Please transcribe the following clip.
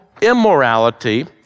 immorality